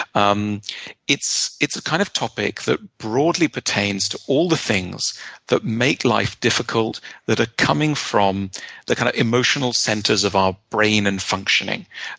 um it's the kind of topic that broadly pertains to all the things that make life difficult that are coming from the kind of emotional centers of our brain and functioning.